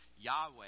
Yahweh